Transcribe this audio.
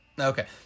okay